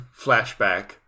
flashback